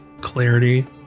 clarity